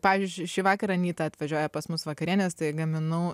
pavyzdžiui šįvakar anyta atvažiuoja pas mus vakarienės tai gaminau